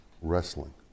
wrestling